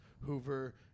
Hoover